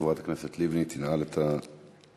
וחברת הכנסת לבני תנעל את הדיון,